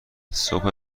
صبح